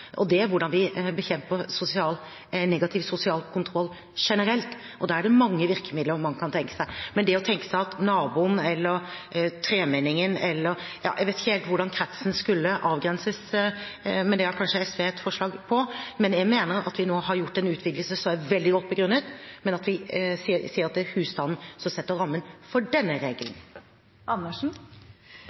Det er hvordan vi bekjemper negativ sosial kontroll generelt. Da er det mange virkemidler man kan tenke seg. Men det å tenke seg at naboen eller tremenningen – ja, jeg vet ikke hvordan kretsen skulle avgrenses, men det har kanskje SV et forslag om. Jeg mener at vi har gjort en utvidelse som er veldig godt begrunnet, og så sier vi at det er husstanden som setter rammen for denne regelen.